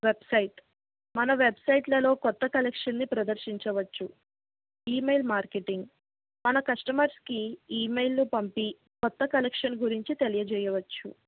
website మన వెబ్సైట్లలో కొత్త కలెక్షన్ని ప్రదర్శించవచ్చు ఈమెయిల్ మార్కెటింగ్ మన కస్టమర్స్కి ఈమెయిల్ను పంపి కొత్త కలెక్షన్ గురించి తెలియజెయ్యవచ్చు